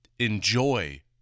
Enjoy